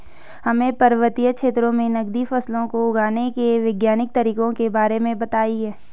हमें पर्वतीय क्षेत्रों में नगदी फसलों को उगाने के वैज्ञानिक तरीकों के बारे में बताइये?